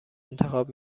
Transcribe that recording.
انتخاب